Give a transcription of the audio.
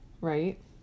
Right